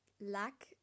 luck